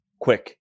quick